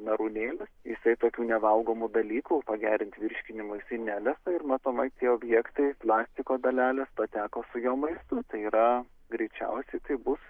narūnėlis jisai tokių nevalgomų dalykų pagerint virškinimui jisai nelesa ir matomai tie objektai plastiko dalelės pateko su jo maistu tai yra greičiausiai tai bus